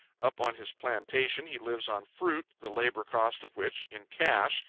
up on his plantation he lives on fruit the labour cost of which, in cash,